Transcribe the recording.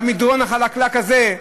המדרון החלקלק הזה,